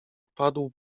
padł